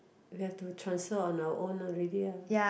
we have to transfer on our own already lah